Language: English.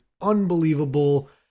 unbelievable